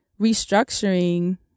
restructuring